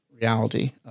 reality